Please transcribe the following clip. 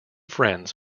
friends